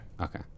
Okay